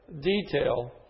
detail